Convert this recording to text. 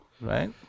right